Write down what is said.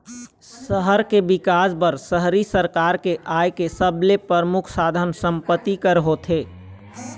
सहर के बिकास बर शहरी सरकार के आय के सबले परमुख साधन संपत्ति कर होथे